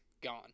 gone